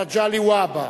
מגלי והבה.